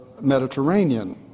Mediterranean